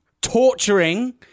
torturing